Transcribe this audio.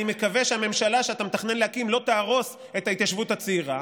אני מקווה שהממשלה שאתה מתכנן להקים לא תהרוס את ההתיישבות הצעירה.